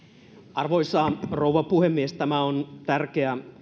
arvoisa rouva puhemies tämä on tärkeä